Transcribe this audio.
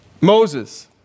Moses